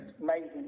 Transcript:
amazing